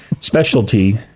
specialty